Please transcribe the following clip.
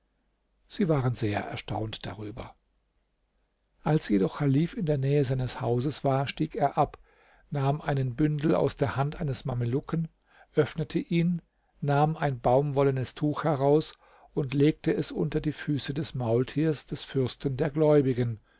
sie waren sehr erstaunt darüber als jedoch chalif in der nähe seines hauses war stieg er ab nahm einen bündel aus der hand eines mamelucken öffnete ihn nahm ein baumwollenes tuch heraus und legte es unter die füße des maultiers des fürsten der gläubigen